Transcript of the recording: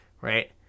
Right